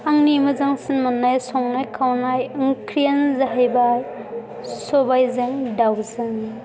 आंनि मोजांसिन मोननाय संनाय खावनाय ओंख्रियानो जाहैबाय सबायजों दावजों